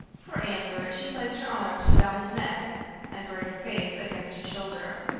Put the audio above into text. for answer she placed her arms about his neck and buried her face against his shoulder.